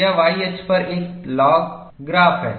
यह y अक्ष पर एक लॉग ग्राफ है